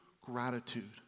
gratitude